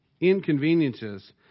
inconveniences